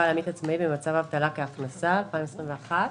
לעמית עצמאי במצב אבטלה כהכנסה לעניין ניכוי במקור),